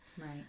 Right